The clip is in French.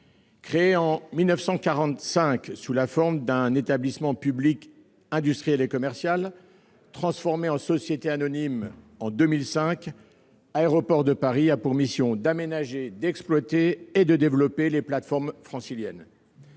Créé en 1945 sous la forme d'un établissement public industriel et commercial, transformé en société anonyme en 2005, Aéroports de Paris a pour mission d'aménager, d'exploiter et de développer les plateformes franciliennes.